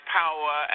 power